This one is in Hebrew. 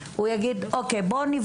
הוא יגיד שנבדוק,